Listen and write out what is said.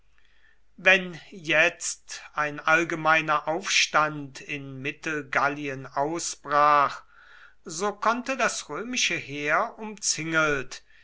wenn jetzt ein allgemeiner aufstand in mittelgallien ausbrach so konnte das römische heer umzingelt